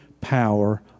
power